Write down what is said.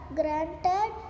granted